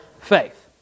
faith